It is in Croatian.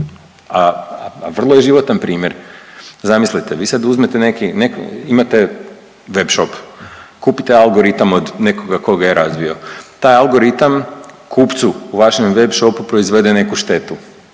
a vrlo je životan primjer. Zamislite vi sad uzmete neki, imate web shop, kupite algoritam od nekoga tko ga je razvio, taj algoritam kupcu u vašem web shopu proizvede neku štetu